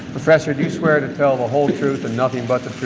professor, do you swear to tell the whole truth and nothing but